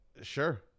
Sure